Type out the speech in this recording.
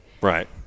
Right